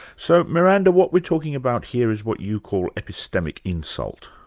so miranda, what we're talking about here is what you call epistemic insult.